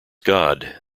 god